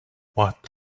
what